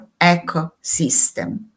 ecosystem